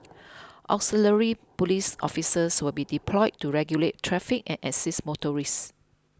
auxiliary police officers will be deployed to regulate traffic and assist motorists